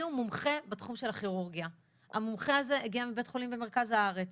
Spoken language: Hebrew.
הביאו מומחה בתחום הכירורגיה שהגיע מבית חולים במרכז הארץ,